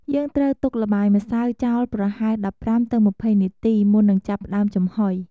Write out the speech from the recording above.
យើងត្រូវទុកល្បាយម្សៅចោលប្រហែល ១៥-២០ នាទី មុននឹងចាប់ផ្តើមចំហុយ។